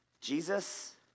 Jesus